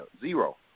Zero